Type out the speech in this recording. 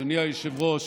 אדוני היושב-ראש,